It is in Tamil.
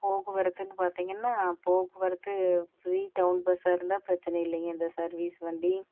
போக்குவரத்துன்னு பார்த்தீங்கன்னா போக்குவரத்து ஃபிரீ டவுன் பஸ்ஸாக இருந்தால் பிரச்சனை இல்லைங்க இந்த சர்வீஸ் வண்டி